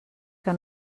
que